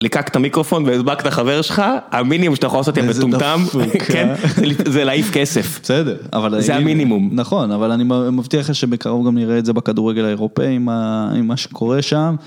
לקקת מיקרופון והדבקת החבר שלך, המינימום שאתה יכול לעשות יא מטומטם זה להעיף כסף.בסדר. אבל זה המינימום. נכון, אבל אני מבטיח שבקרוב גם נראה את זה בכדורגל האירופאי, עם מה שקורה שם.